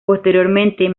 posteriormente